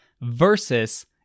versus